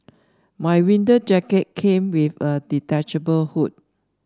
my winter jacket came with a detachable hood